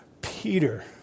Peter